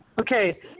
Okay